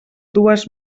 dues